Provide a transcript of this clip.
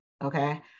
Okay